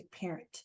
parent